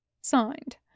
Signed